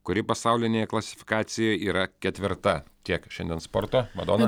kuri pasaulinėje klasifikacijoje yra ketvirta tiek šiandien sporto madona